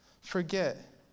forget